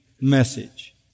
message